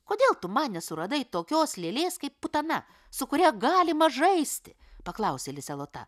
kodėl tu man nesuradai tokios lėlės kaip putana su kuria galima žaisti paklausė lisė lota